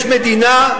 יש מדינה,